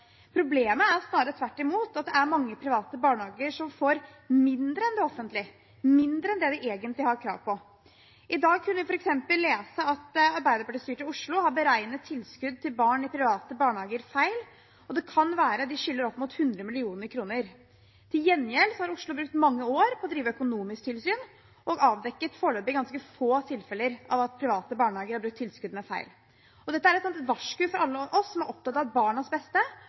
Problemet er snarere tvert imot at det er mange private barnehager som får mindre enn de offentlige, mindre enn de egentlig har krav på. I dag kunne vi f.eks. lese at Arbeiderparti-styrte Oslo har beregnet tilskudd til barn i private barnehager feil. Det kan være at de skylder opp mot 100 mill. kr. Til gjengjeld har Oslo brukt mange år på å drive økonomisk tilsyn og foreløpig avdekket ganske få tilfeller av at private barnehager har brukt tilskuddene feil. Dette er et varsku til alle oss som er opptatt av barnas beste,